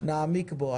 נעמיק בו.